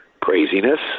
craziness